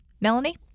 Melanie